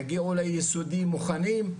יגיעו ליסודי מוכנים,